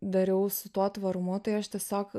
dariau su tuo tvarumu tai aš tiesiog